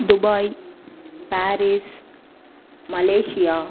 Dubai Paris Malaysia